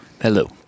hello